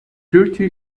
thirty